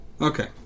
Okay